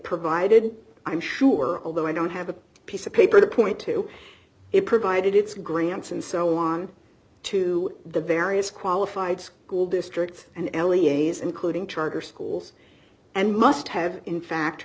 provided i'm sure although i don't have a piece of paper to point to it provided its grants and so on to the various qualified school districts and l e a's including charter schools and must have in fact